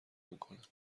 میکند